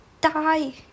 die